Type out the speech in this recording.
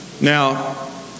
Now